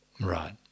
right